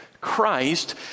Christ